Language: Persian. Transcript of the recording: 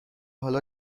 حالا